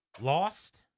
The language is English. lost